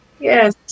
Yes